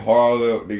Harlem